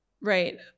right